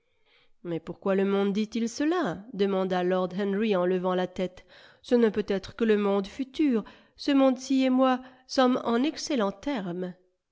mais pourquoi le monde dit-il cela demanda lord henry en levant la tête ce ne peut être que le monde futur ce monde-ci et moi nous sommes en excellents termes